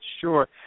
sure